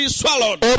swallowed